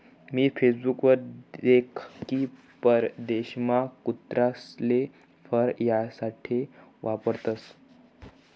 मी Facebook वर देख की परदेशमा कुत्रासले फर यासाठे वापरतसं